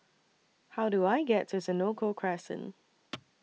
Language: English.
How Do I get to Senoko Crescent